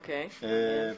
אוקיי, מעניין?